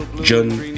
John